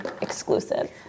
exclusive